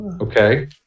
Okay